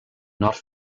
not